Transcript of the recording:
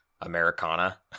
Americana